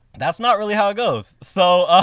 that's not really how it goes. so ah